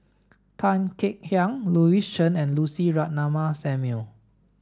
Tan Kek Hiang Louis Chen and Lucy Ratnammah Samuel